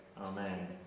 Amen